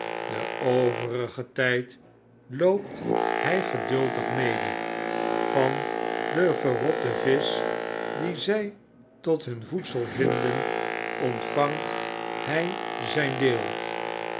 den overigen tyd loopt hy geduldig medel van de verrotte visch die zij tot hun voedsel vinden ontvangt hij zijn deel